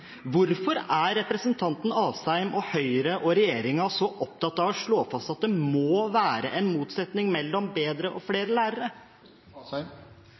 Hvorfor er representanten Asheim, Høyre og regjeringen så opptatt av å slå fast at det må være en motsetning mellom bedre lærere og flere lærere?